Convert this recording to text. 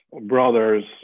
brothers